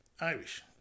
Irish